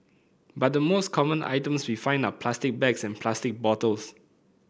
but the most common items we find are plastic bags and plastic bottles